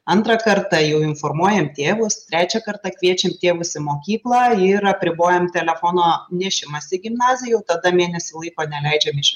antrą kartą jau informuojam tėvus trečią kartą kviečiam tėvus į mokyklą ir apribojam telefono nešimąsi į gimnazija jau tada mėnesį laiko neleidžiam iš